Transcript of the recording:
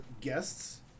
guests